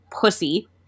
pussy